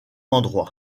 endroits